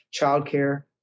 childcare